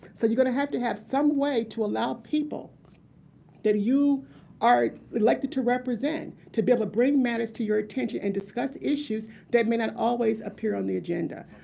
so you're going to have to have some way to allow people that you are elected to represent to be able to bring matters to your attention and discuss issues that may not always appear on the agenda.